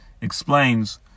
explains